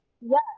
Yes